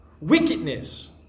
Wickedness